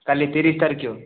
କାଲି ତିରିଶ ତାରିଖ